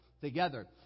together